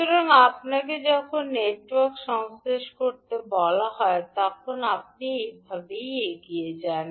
সুতরাং আপনাকে যখন নেটওয়ার্ক সংশ্লেষ করতে বলা হয় তখন আপনি এভাবেই এগিয়ে যান